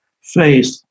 faith